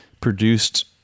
produced